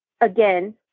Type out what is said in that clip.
again